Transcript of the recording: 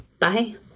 Bye